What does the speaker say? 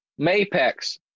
Mapex